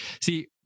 See